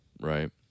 right